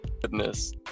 Goodness